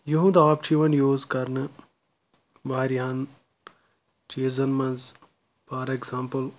یِہُنٛد آب چھُ یِوَان یوٗز کرنہٕ واریاہَن چیٖزَن منٛز فار اَیٚگزَامپٕل